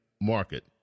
market